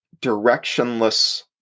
directionless